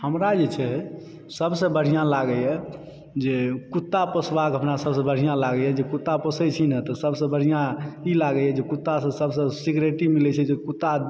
हमरा जे छै सभसँऽ बढ़िआँ लागैत यऽ जे कुत्ता पोसबाक हमरा सभसँ बढ़िआँ लागैत यऽ जे कुत्ता पोसै छी न तऽ सभसे बढ़िआँ लागैत ई लागैत यऽ जे कुत्तासँ सभसँ सिक्युरिटि मिलैत छै जे कुत्ता